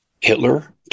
Hitler